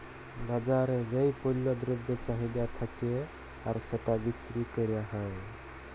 বাজারে যেই পল্য দ্রব্যের চাহিদা থাক্যে আর সেটা বিক্রি ক্যরা হ্যয়